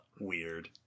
weird